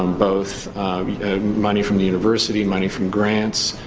um both money from the university, money from grants,